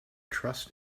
trust